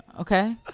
Okay